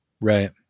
Right